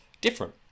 different